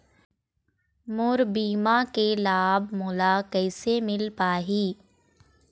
मोर बीमा के लाभ मोला कैसे मिल पाही?